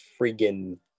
friggin